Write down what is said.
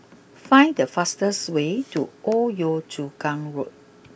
find the fastest way to Old Yio Chu Kang Road